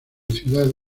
ciudad